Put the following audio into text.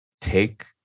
Take